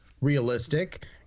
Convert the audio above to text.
realistic